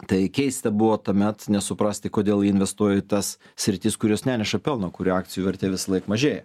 tai keista buvo tuomet nesuprasti kodėl jie investuoja į tas sritis kurios neneša pelno kurių akcijų vertė visąlaik mažėja